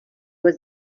was